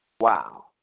Wow